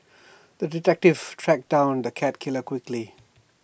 the detective tracked down the cat killer quickly